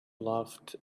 laughed